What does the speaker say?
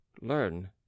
Learn